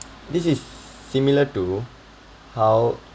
this is similar to how